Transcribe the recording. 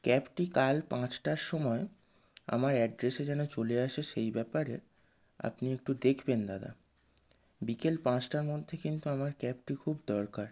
ক্যাবটি কাল পাঁচটার সময় আমার অ্যাড্রেসে যেন চলে আসে সেই ব্যাপারে আপনি একটু দেখবেন দাদা বিকেল পাঁচটার মধ্যে কিন্তু আমার ক্যাবটি খুব দরকার